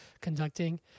conducting